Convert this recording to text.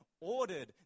ordered